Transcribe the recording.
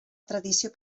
tradició